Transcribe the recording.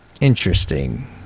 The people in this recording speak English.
interesting